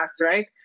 right